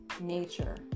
nature